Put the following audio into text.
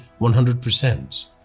100%